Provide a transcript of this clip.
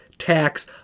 Tax